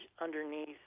underneath